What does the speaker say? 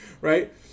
right